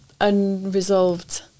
unresolved